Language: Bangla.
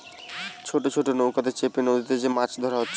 ছোট ছোট নৌকাতে চেপে নদীতে যে মাছ ধোরা হচ্ছে